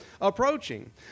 approaching